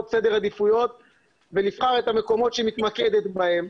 סדר עדיפויות ולבחור את המקומות בהם היא מתמקדת.